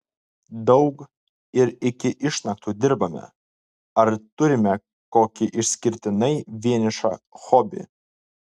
daug ir iki išnaktų dirbame ar turime kokį išskirtinai vienišą hobį